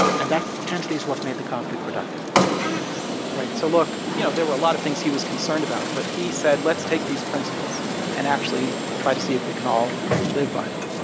and that potentially is what made the conflict productive right. so look. you know there were a lot of things he was concerned about. but he said, let's take these principles and actually try to see if we can all live by them